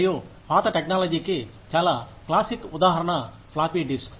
మరియు పాత టెక్నాలజీకి చాలా classic ఉదాహరణ ఫ్లాఫీ డిస్క్